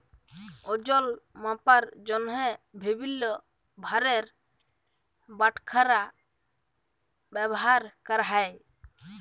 ওজল মাপার জ্যনহে বিভিল্ল্য ভারের বাটখারা ব্যাভার ক্যরা হ্যয়